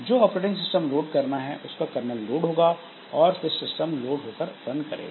जो operating system load करना है उसका कर्नल लोड होगा और फिर सिस्टम लोड होकर रन करेगा